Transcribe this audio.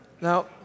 Now